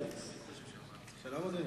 שלום, אדוני.